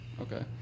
Okay